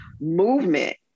Movement